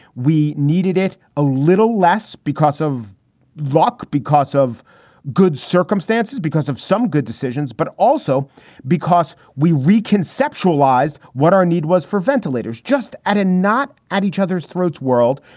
we needed it a little less because of luck, because of good circumstances, because of some good decisions, but also because we reconceptualize what our need was for ventilators just at a not at each other's throats world.